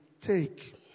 take